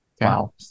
Wow